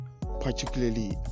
particularly